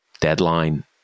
deadline